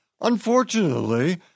Unfortunately